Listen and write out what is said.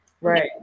Right